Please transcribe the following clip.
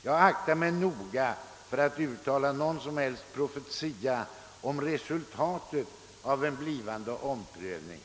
Jag aktar mig noga för att uttala någon som helst profetia om resultatet av en blivande omprövning.